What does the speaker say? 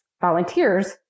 volunteers